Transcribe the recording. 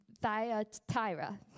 Thyatira